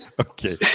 Okay